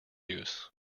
juice